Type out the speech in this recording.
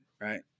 right